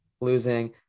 losing